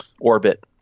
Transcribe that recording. orbit